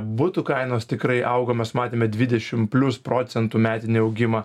būtų kainos tikrai augo mes matėme dvidešim plius procentų metinį augimą